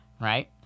right